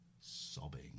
sobbing